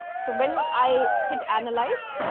so when i hit analyze,